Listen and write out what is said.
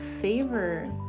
favor